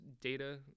data